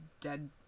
dead